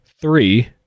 three